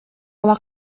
ала